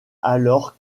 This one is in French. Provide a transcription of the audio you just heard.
alors